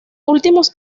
últimos